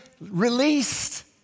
released